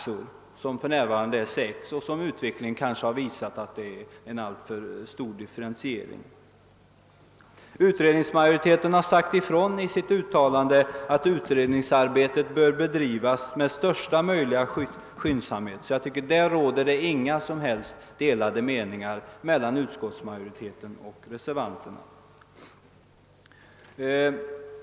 Antalet är för närvarande sex, och utvecklingen har visat att differentieringen kanske är alltför stor. Utskottsmajoriteten har också i sitt utlåtande sagt ifrån att utredningsarbetet bör bedrivas med största möjliga skyndsamhet. På den punkten råder det alltså inga som helst delade meningar mellan utskottsmajoriteten och reservanterna.